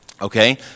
Okay